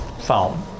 phone